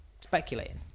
speculating